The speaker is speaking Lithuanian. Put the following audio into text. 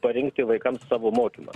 parinkti vaikams savo mokymą